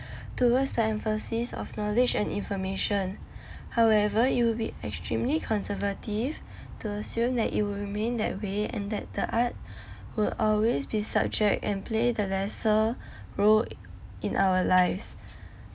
towards the emphasis of knowledge and information however you will be extremely conservative to assume that it will remain that way and that the art will always be subject and play the lesser role in our lives